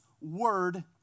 word